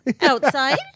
Outside